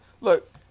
look